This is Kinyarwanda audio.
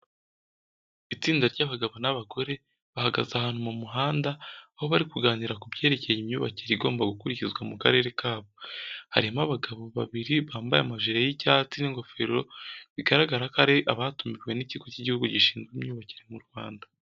Istinda ry'abagabo n'abagore bahagaze ahantu mu muhanda, aho bari kuganira ku byerekeye imyubakire igomba gukurikizwa mu karere kabo. Harimo abagabo babiri bambaye amajire y'icyatsi n'ingofero bigaragara ko ari abatumwe n'Ikigo cy'igihugu gishinzwe imyubakire mu Rwanda.